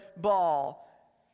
ball